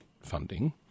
funding